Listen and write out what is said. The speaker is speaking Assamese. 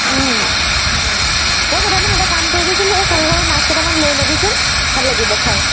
তই তেতিয়াহ'লে এটা কাম কৰিবিচোন এই সৰু সৰু মাছ কেইটামান লৈ ল'বিচোন ভাল লাগিব খাই